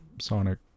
Sonic